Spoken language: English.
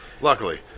Luckily